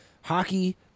hockey